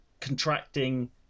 contracting